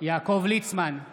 יעקב ליצמן, בעד